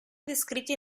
descritti